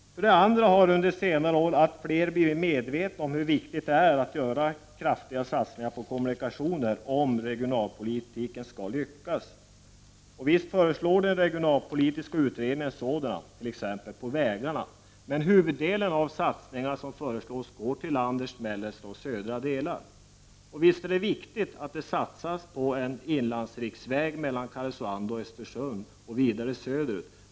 För det andra har allt fler under senare år blivit medvetna om hur viktigt det är att kraftiga satsningar görs på kommunikationerna för att regionalpolitiken skall lyckas. Visst föreslår den regionalpolitiska utredningen sådana satsningar, t.ex. på vägarna. Men huvuddelen av de satsningar som föreslås gäller landets mellersta och södra delar. Visst är det viktigt att det satsas på en inlandsriksväg mellan Karesuandeo och Östersund och vidare söderut.